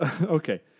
Okay